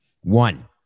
One